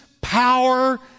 power